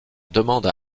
demande